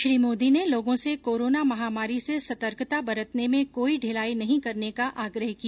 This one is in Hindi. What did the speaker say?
श्री मोदी ने लोगों से कोरोना महामारी से सतर्कता बरतने में कोई ढिलाई नहीं करने का भी आग्रह किया